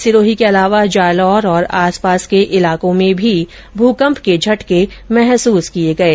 सिरोही के अलावा जालौर और आसपास के इलाको में भी भूकम्प के झटके महसूस किये गये